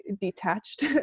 detached